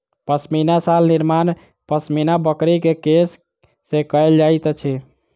पश्मीना शाल निर्माण पश्मीना बकरी के केश से कयल जाइत अछि